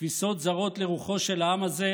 תפיסות זרות לרוחו של העם הזה,